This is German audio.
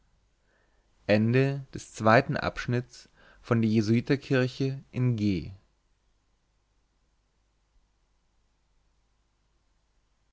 die jesuiterkirche in g